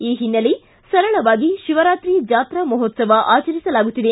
ಈ ಹಿನ್ನೆಲೆ ಸರಳವಾಗಿ ಶಿವರಾತ್ರಿ ಜಾತ್ರಾ ಮಹೋತ್ಸವ ಆಚರಿಸಲಾಗುತ್ತಿದೆ